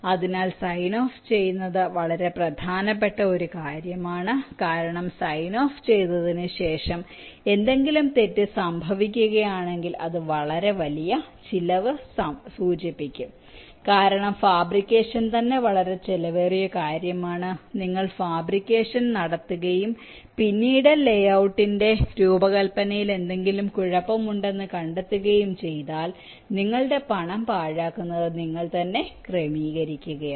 അതിനാൽ sign off ചെയ്യുന്നത് വളരെ പ്രധാനപ്പെട്ട ഒരു കാര്യമാണ് കാരണം സൈൻ ഓഫ് ചെയ്തതിനുശേഷം എന്തെങ്കിലും തെറ്റ് സംഭവിക്കുകയാണെങ്കിൽ അത് വളരെ വലിയ ചിലവ് സൂചിപ്പിക്കും കാരണം ഫാബ്രിക്കേഷൻ തന്നെ വളരെ ചെലവേറിയ കാര്യമാണ് നിങ്ങൾ ഫാബ്രിക്കേഷൻ നടത്തുകയും പിന്നീട് ലേ ഔട്ടിന്റെ രൂപകൽപ്പനയിൽ എന്തെങ്കിലും കുഴപ്പമുണ്ടെന്ന് കണ്ടെത്തുകയും ചെയ്താൽ നിങ്ങളുടെ പണം പാഴാക്കുന്നത് നിങ്ങൾ തന്നെ ക്രമീകരിക്കുകയാണ്